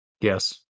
Yes